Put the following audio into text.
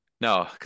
No